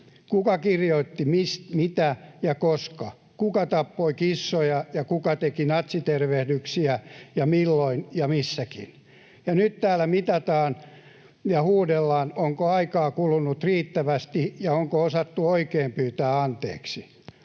Kuka kirjoitti mitä ja koska? Kuka tappoi kissoja, ja kuka teki natsitervehdyksiä, ja milloin ja missäkin? Nyt täällä mitataan ja huudellaan, onko aikaa kulunut riittävästi ja onko osattu oikein pyytää anteeksi.